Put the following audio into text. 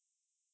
ஆமா:aamaa